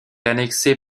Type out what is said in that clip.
annexée